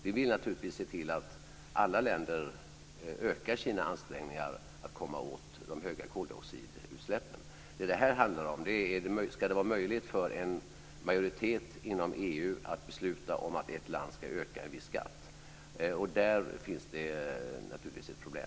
Vi vill naturligtvis se till att alla länder ökar sina ansträngningar för att komma åt de höga koldioxidutsläppen. Det här handlar om ifall det ska vara möjligt för en majoritet inom EU att besluta om att ett land ska öka en viss skatt. Där finns det naturligtvis ett problem.